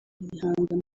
ibihangano